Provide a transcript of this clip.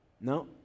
No